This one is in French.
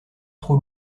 trop